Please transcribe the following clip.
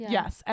Yes